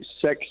six